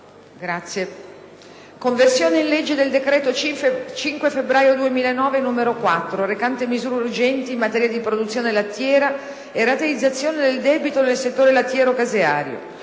1. 1. È convertito in legge il decreto-legge 5 febbraio 2009, n. 4, recante misure urgenti in materia di produzione lattiera e rateizzazione del debito nel settore lattiero-caseario.